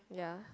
yeah